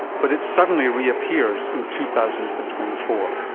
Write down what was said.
but it suddenly reappears in two thousand and twenty four.